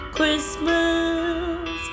Christmas